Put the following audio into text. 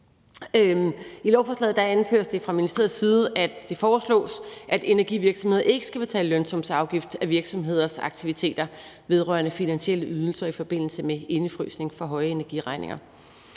I lovforslaget anføres det fra ministeriets side, at det foreslås, at energivirksomheder ikke skal betale lønsumsafgift af deres aktiviteter vedrørende finansielle ydelser i forbindelse med indefrysning af høje energiregninger.